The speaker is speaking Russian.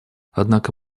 однако